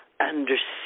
understand